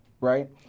right